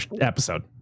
episode